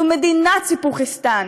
זו מדינת "סיפוחיסטן".